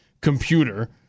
computer